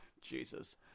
jesus